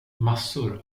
massor